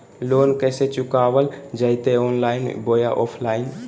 Loan कैसे चुकाबल जयते ऑनलाइन बोया ऑफलाइन?